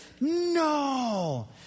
No